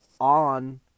on